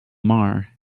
mar